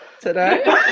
today